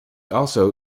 also